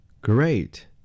Great